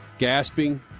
gasping